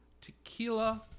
Tequila